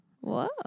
Whoa